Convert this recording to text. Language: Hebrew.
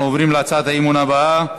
אנחנו עוברים להצעת האי-אמון הבאה,